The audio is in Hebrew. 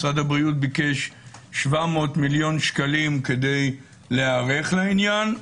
משרד הבריאות ביקש 700 מיליון שקלים כדי להיערך לעניין.